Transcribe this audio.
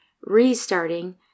restarting